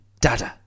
dada